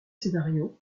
scénarios